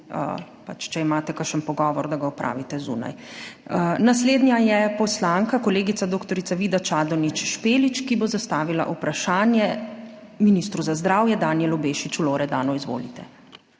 če imate kakšen pogovor, da ga opravite zunaj. Naslednja je poslanka, kolegica dr. Vida Čadonič Špelič, ki bo zastavila vprašanje ministru za zdravje Danijelu Bešiču Loredanu. Izvolite.